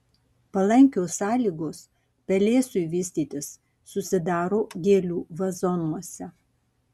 palankios sąlygos pelėsiui vystytis susidaro gėlių vazonuose